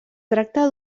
tracta